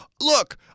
look